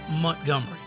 Montgomery